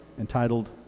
entitled